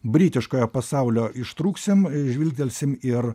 britiškojo pasaulio ištrūksim žvilgtelsim ir